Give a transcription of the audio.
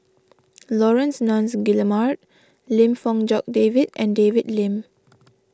Laurence Nunns Guillemard Lim Fong Jock David and David Lim